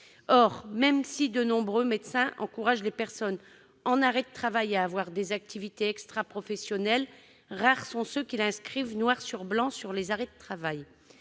Or, même si de nombreux médecins encouragent les personnes arrêtées à mener des activités extraprofessionnelles, rares sont ceux qui l'inscrivent noir sur blanc sur les arrêts de travail.